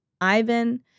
Ivan